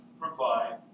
provide